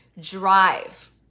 drive